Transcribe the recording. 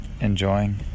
enjoying